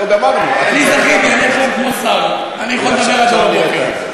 אני עכשיו כמו שר, אני יכול לדבר עד אור הבוקר.